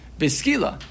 biskila